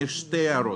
יש לי שתי הערות: